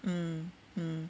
mm mm